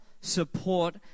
support